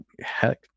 Heck